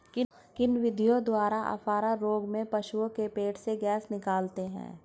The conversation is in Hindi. किन विधियों द्वारा अफारा रोग में पशुओं के पेट से गैस निकालते हैं?